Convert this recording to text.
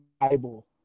Bible